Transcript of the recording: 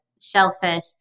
shellfish